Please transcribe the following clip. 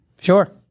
sure